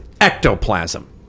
ectoplasm